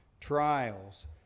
trials